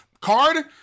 Card